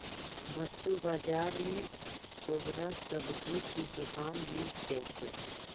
वस्तु बाजार में तोहरा सब्जी की दुकान मिल जाएतो